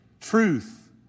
truth